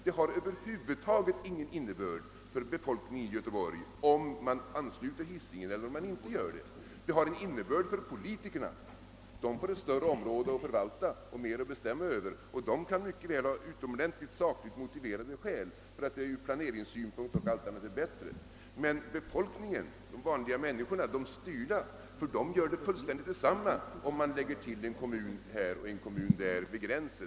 Det har över huvud taget ingen betydelse för befolkningen i Göteborg om man ansluter Hisingen eller inte. Det har innebörd för politikerna, som får ett större område att förvalta och mer att bestämma över — och de kan mycket väl ha sakligt motiverade skäl som talar för att det bl.a. ur planeringssynpunkt är bättre med en anslutning — men för befolkningen, för de vanliga människorna, för de styrda i Göteborg gör det alldeles detsamma om man lägger till en kommun här och en där vid gränsen.